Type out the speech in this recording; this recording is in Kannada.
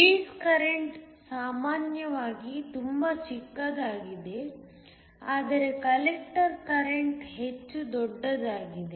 ಬೇಸ್ ಕರೆಂಟ್ ಸಾಮಾನ್ಯವಾಗಿ ತುಂಬಾ ಚಿಕ್ಕದಾಗಿದೆ ಆದರೆ ಕಲೆಕ್ಟರ್ ಕರೆಂಟ್ ಹೆಚ್ಚು ದೊಡ್ಡದಾಗಿದೆ